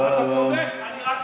נכון, אתה צודק.